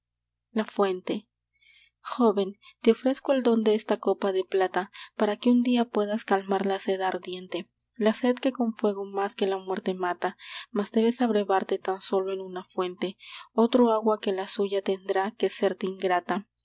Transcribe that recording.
la fuente joven te ofrezco el don de esta copa de plata para que un día puedas calmar la sed ardiente la sed que con fuego más que la muerte mata mas debes abrevarte tan sólo en una fuente otro agua que la suya tendrá que serte ingrata